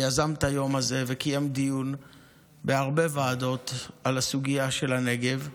שיזם את היום הזה וקיים דיון בהרבה ועדות על הסוגיה של הנגב,